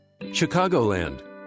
Chicagoland